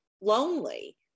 lonely